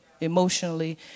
emotionally